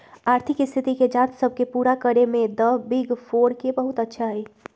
आर्थिक स्थिति के जांच सब के पूरा करे में द बिग फोर के बहुत अच्छा हई